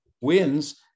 wins